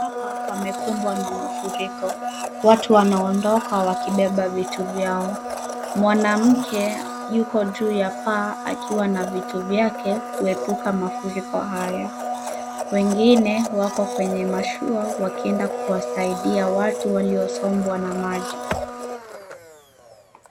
Hapa pamekumbwa na mafuriko. Watu wanaondoka wakibeba vitu vyao. Mwanamke yuko juu ya paa akiwa na vitu vyake kuepuka mafuriko haya. Wengine wako kwenye mashua wakienda kuwasaidia watu waliosombwa na maji.